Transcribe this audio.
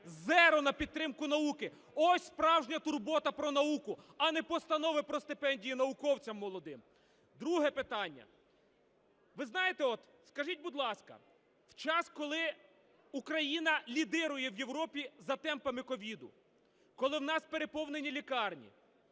Зеро на підтримку науки – ось справжня турбота про науку, а не постанови про стипендії науковцям молодим! Друге питання. Ви знаєте, от скажіть, будь ласка, в час коли Україна лідирує в Європі за темпами COVID, коли у нас переповнені лікарні,